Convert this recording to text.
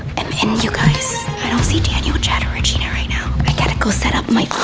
i'm in you guys, i don't see daniel, chad or regina right now. i gotta go set up my.